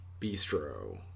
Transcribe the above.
bistro